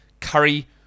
Curry